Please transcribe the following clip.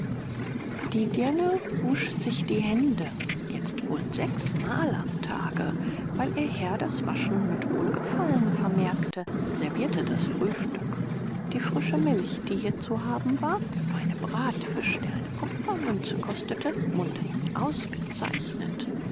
die dirne wusch sich die hände jetzt wohl sechsmal am tage weil ihr herr das waschen mit wohlgefallen vermerkte und servierte das frühstück die frische milch die hier zu haben war der feine bratfisch der eine kupfermünze kostete mundeten ausgezeichnet